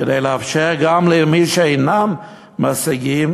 כדי לאפשר גם למי שאינם משיגים,